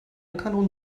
kanonen